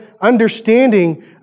understanding